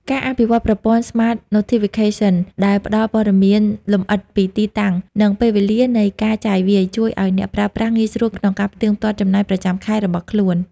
ការអភិវឌ្ឍប្រព័ន្ធ Smart Notification ដែលផ្ដល់ព័ត៌មានលម្អិតពីទីតាំង និងពេលវេលានៃការចាយវាយ ជួយឱ្យអ្នកប្រើប្រាស់ងាយស្រួលក្នុងការផ្ទៀងផ្ទាត់ចំណាយប្រចាំខែរបស់ខ្លួន។